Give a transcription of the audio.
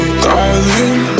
darling